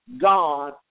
God